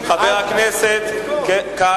חבר הכנסת כץ.